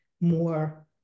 more